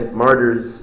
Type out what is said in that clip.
martyrs